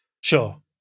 Sure